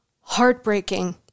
heartbreaking